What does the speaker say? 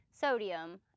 sodium